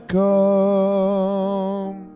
come